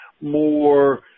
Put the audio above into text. more